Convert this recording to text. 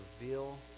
reveal